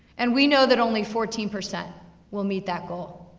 and we know that only fourteen percent will meet that goal.